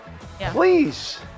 please –